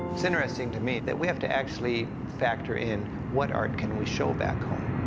it's interesting to me that we have to actually factor in what art can we show back home?